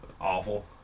awful